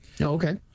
Okay